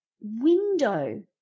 window